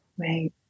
right